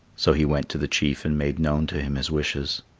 so he went to the chief and made known to him his wishes.